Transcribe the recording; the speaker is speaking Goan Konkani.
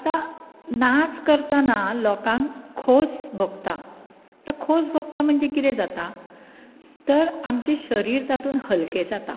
आतां नाच करताना लोकांक खोस भोगता आतां खोस भोगता म्हणजे कितें जाता तर आमचें शरीर तातूंत हलकें जाता